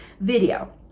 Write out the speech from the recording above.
video